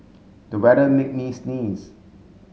the weather made me sneeze